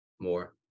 more